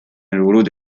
الورود